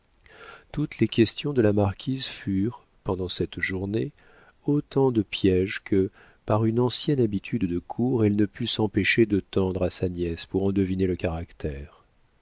toutes les questions de la marquise furent pendant cette journée autant de piéges que par une ancienne habitude de cour elle ne put s'empêcher de tendre à sa nièce pour en deviner le caractère